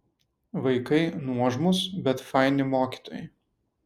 vaikai nuožmūs bet faini mokytojai